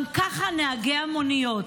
גם כך נהגי המוניות,